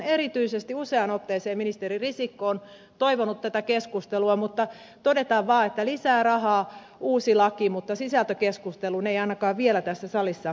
erityisesti ministeri risikko on useaan otteeseen toivonut tätä keskustelua mutta todetaan vaan että lisää rahaa uusi laki mutta sisältökeskusteluun ei ainakaan vielä tässä salissa ole päästy